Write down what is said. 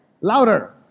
Louder